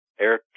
air